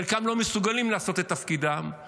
חלקם לא מסוגלים לעשות את תפקידם,